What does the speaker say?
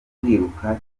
kwiruka